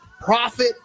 profit